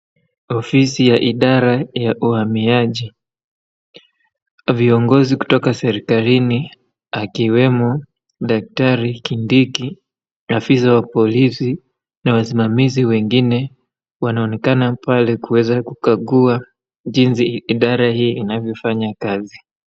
Ofisi ya idara ya uhamiaji viongozi kutoka serikalini akiwemo daktari kindiki afisa wa polisi na wasimamizi wengine wanaonekana pale kuweza kukagua jinsi idara hii inavyofanya kazi